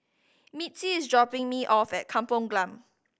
Mitzi is dropping me off at Kampong Glam